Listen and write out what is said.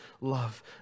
love